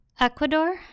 Ecuador